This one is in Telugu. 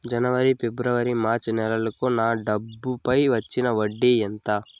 జనవరి, ఫిబ్రవరి, మార్చ్ నెలలకు నా డబ్బుపై వచ్చిన వడ్డీ ఎంత